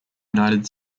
united